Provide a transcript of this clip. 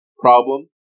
problem